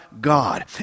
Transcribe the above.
God